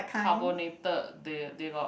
carbonated they they got